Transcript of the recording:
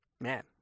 Man